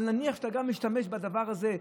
אבל נניח שאתה גם משתמש בדבר הזה,